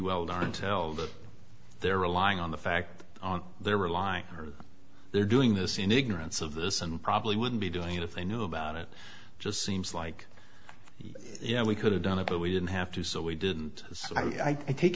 tell that they're relying on the fact they were lying or they're doing this in ignorance of this and probably wouldn't be doing it if they knew about it just seems like yeah we could have done it but we didn't have to so we didn't so i take